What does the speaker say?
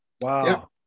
wow